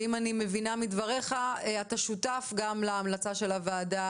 ואם אני מבינה מדבריך - אתה שותף גם להמלצה של הוועדה